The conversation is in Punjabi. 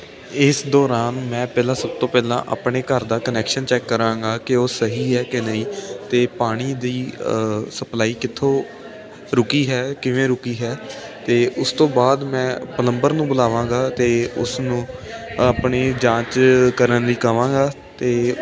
ਇਸ ਦੌਰਾਨ ਮੈਂ ਪਹਿਲਾਂ ਸਭ ਤੋਂ ਪਹਿਲਾਂ ਆਪਣੇ ਘਰ ਦਾ ਕਨੈਕਸ਼ਨ ਚੈੱਕ ਕਰਾਂਗਾ ਕਿ ਉਹ ਸਹੀ ਹੈ ਕਿ ਨਹੀਂ ਅਤੇ ਪਾਣੀ ਦੀ ਸਪਲਾਈ ਕਿੱਥੋਂ ਰੁਕੀ ਹੈ ਕਿਵੇਂ ਰੁਕੀ ਹੈ ਅਤੇ ਉਸ ਤੋਂ ਬਾਅਦ ਮੈਂ ਪਲੰਬਰ ਨੂੰ ਬੁਲਾਵਾਂਗਾ ਅਤੇ ਉਸ ਨੂੰ ਆਪਣੀ ਜਾਂਚ ਕਰਨ ਲਈ ਕਹਾਂਗਾ ਅਤੇ